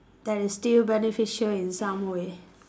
that is still beneficial in some way